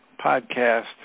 podcast